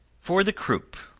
for the croup.